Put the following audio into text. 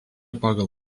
pagal